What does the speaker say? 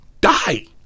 die